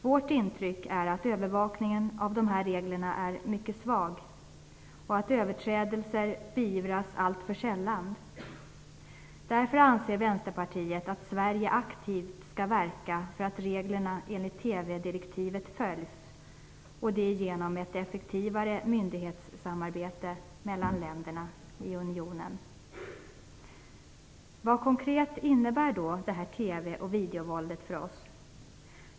Vårt intryck är att övervakningen av dessa regler är svag. Överträdelser beivras alltför sällan. Därför anser Vänsterpartiet att Sverige aktivt skall verka för att reglerna enligt TV direktivet följs genom ett effektivare myndighetssamarbete mellan länderna i unionen. Vad innebär då detta TV och videovåld konkret för oss?